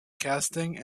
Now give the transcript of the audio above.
casting